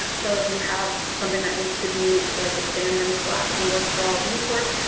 so if you have something that needs to be like expanded and collapsed and work for all vue ports,